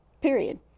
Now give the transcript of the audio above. period